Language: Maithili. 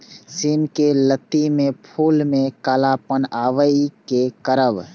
सिम के लत्ती में फुल में कालापन आवे इ कि करब?